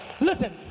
listen